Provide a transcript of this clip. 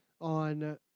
on